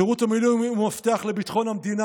שירות המילואים הוא מפתח לביטחון המדינה,